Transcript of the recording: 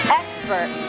expert